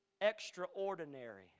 extraordinary